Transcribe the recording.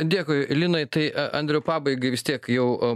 dėkui linai tai a andriau pabaigai vis tiek jau